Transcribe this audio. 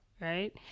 right